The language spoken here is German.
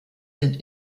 sind